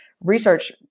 research